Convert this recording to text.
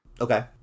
Okay